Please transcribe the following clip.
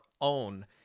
own